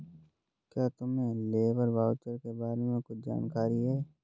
क्या तुम्हें labour voucher के बारे में कुछ जानकारी है?